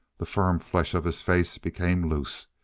the firm flesh of his face became loose.